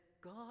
God